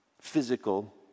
Physical